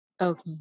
Okay